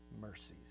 mercies